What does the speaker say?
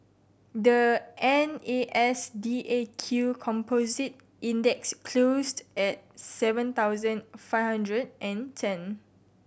the N A S D A Q Composite Index closed at seven thousand five hundred and ten